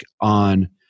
on